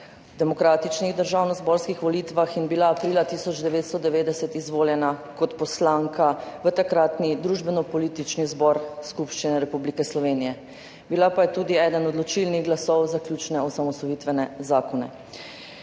demokratičnih državnozborskih volitvah, in bila aprila 1990 izvoljena kot poslanka v takratni Družbenopolitični zbor Skupščine Republike Slovenije. Bila pa je tudi eden od odločilnih glasov za ključne osamosvojitvene zakone.